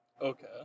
Okay